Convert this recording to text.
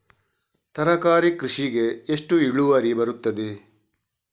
ತರಕಾರಿ ಕೃಷಿಗೆ ಎಷ್ಟು ಇಳುವರಿ ಬರುತ್ತದೆ?